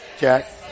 Jack